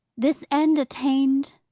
this end attained,